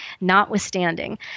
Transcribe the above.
Notwithstanding